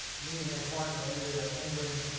me and ed park, my editor at penguin,